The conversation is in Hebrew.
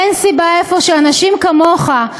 אין סיבה אפוא שאנשים כמוך,